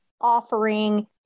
offering